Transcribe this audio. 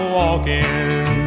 walking